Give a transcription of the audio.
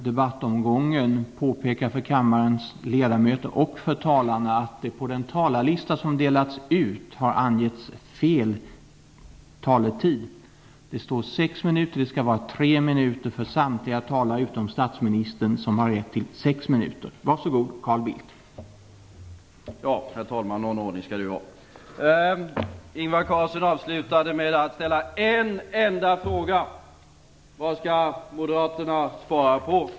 Ingvar Carlsson avslutade med att ställa en enda fråga: Vad skall Moderaterna spara på?